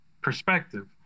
perspective